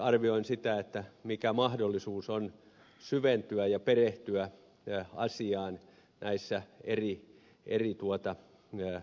jos arvioin sitä mikä mahdollisuus on syventyä ja perehtyä asiaan näissä eri tuota ne